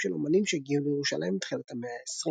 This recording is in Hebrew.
של אמנים שהגיעו לירושלים בתחילת המאה העשרים.